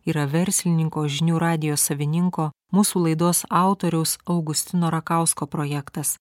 yra verslininko žinių radijo savininko mūsų laidos autoriaus augustino rakausko projektas